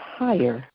higher